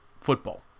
football